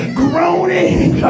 groaning